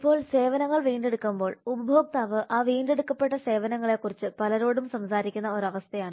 ഇപ്പോൾ സേവനങ്ങൾ വീണ്ടെടുക്കുമ്പോൾ ഉപഭോക്താവ് ആ വീണ്ടെടുക്കപ്പെട്ട സേവനങ്ങളെക്കുറിച്ച് പലരോടും സംസാരിക്കുന്ന ഒരു അവസ്ഥയാണ്